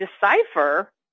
Decipher